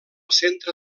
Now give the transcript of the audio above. centre